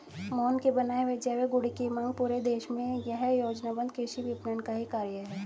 मोहन के बनाए हुए जैविक गुड की मांग पूरे देश में यह योजनाबद्ध कृषि विपणन का ही कार्य है